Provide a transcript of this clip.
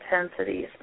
intensities